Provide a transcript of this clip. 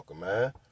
man